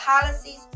policies